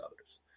others